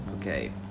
Okay